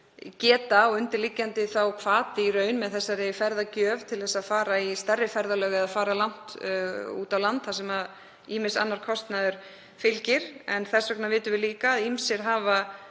geta og undirliggjandi hvati í raun með þessari ferðagjöf til þess að fara í stærri ferðalög eða fara langt út á land þar sem ýmis annar kostnaður fylgir. En þess vegna vitum við líka að ýmsir hafa